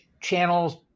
channels